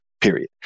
period